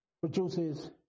produces